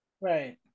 Right